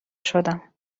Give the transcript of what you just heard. شدم